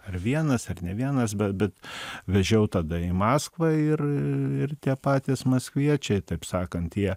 ar vienas ar ne vienas be bet vežiau tada į maskvą ir ir tie patys maskviečiai taip sakant jie